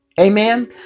Amen